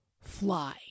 fly